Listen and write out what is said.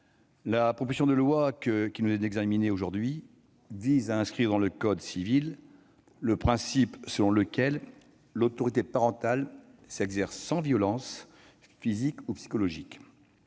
la proposition de loi qui nous est aujourd'hui soumise vise à inscrire dans le code civil le principe selon lequel l'autorité parentale s'exerce sans violences physiques ou psychologiques.